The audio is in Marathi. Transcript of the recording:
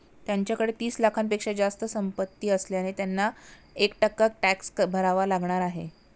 त्यांच्याकडे तीस लाखांपेक्षा जास्त संपत्ती असल्याने त्यांना एक टक्का टॅक्स भरावा लागणार आहे